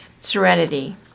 serenity